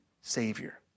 Savior